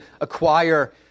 acquire